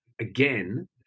again